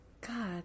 God